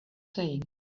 saying